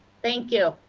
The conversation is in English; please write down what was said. thank you.